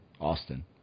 Austin